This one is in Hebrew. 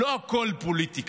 לא הכול פוליטיקה.